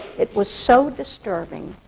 it was so disturbing.